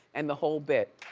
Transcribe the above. and the whole bit.